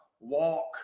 walk